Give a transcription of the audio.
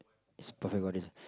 is perfect bodies